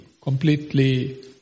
completely